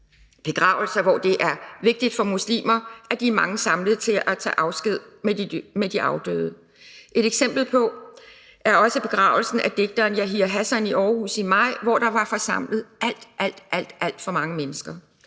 begravelser, hvor det er vigtigt for muslimer at være mange samlet for at tage afsked med de afdøde. Kl. 10:33 Et eksempel herpå er også begravelsen af digteren Yahya Hassan i Aarhus i maj, hvor der var forsamlet alt, alt for mange mennesker.